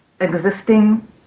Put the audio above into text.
existing